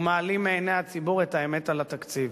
הוא מעלים מעיני הציבור את האמת על התקציב.